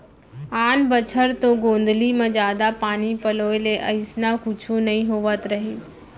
आन बछर तो गोंदली म जादा पानी पलोय ले अइसना कुछु नइ होवत रहिस